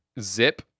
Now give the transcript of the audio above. Zip